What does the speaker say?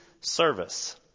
service